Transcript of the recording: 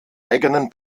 eigenen